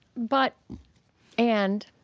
but and